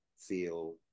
feel